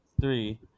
three